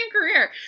career